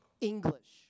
English